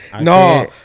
No